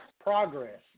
Progress